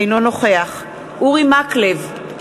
אינו נוכח אורי מקלב,